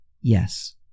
yes